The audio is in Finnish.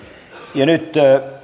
ja nyt